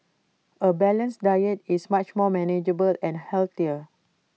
A balanced diet is much more manageable and healthier